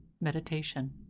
meditation